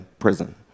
Prison